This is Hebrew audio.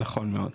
נכון מאוד.